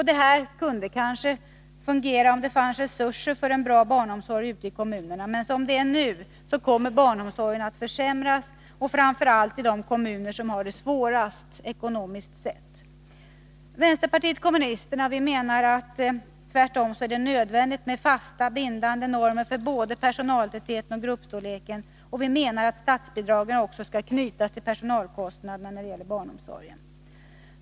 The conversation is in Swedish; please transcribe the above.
Detta kunde kanske fungera om det fanns resurser för en bra barnomsorg ute i kommunerna, men som det är nu kommer barnomsorgen att försämras, framför allt i de kommuner som har det svårast ekonomiskt sett. Vpk menar tvärtom att det är nödvändigt med fasta, bindande normer för personaltätheten och gruppstorleken. Vi menar att statsbidraget skall knytas till personalkostnaderna när det gäller barnomsorgen.